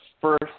first